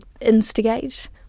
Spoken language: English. instigate